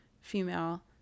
female